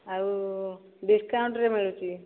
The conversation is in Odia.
ଆଉ ଡିସକାଉଣ୍ଟରେ ମିଳୁଛି